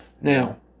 Now